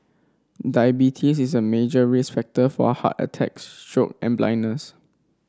diabetes is a major risk factor for heart attacks stroke and blindness